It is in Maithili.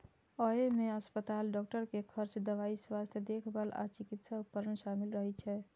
अय मे अस्पताल, डॉक्टर के खर्च, दवाइ, स्वास्थ्य देखभाल आ चिकित्सा उपकरण शामिल रहै छै